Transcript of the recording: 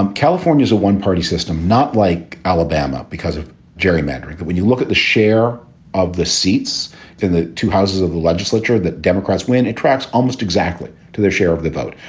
um california is a one party system, not like alabama. because of gerrymandering that when you look at the share of the seats in the two houses of the legislature that democrats win attracts almost exactly to their share of the vote.